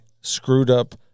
screwed-up